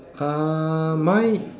uh mine